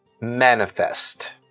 manifest